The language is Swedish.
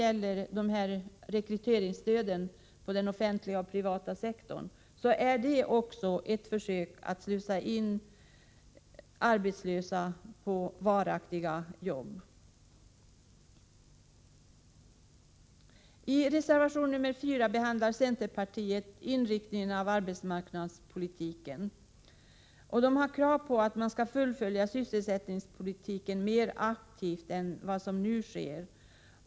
Även rekryteringsstödet både inom den offentliga och inom den privata sektorn är att se som ett försök att slussa in arbetslösa på arbetsmarknaden och att ge dem varaktiga jobb. "I reservation nr 4 från centerpartiet behandlas frågan om inriktningen av arbetsmarknadspolitiken. Man kräver att sysselsättningspolitiken fullföljs mera aktivt än som nu sker.